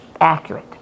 Accurate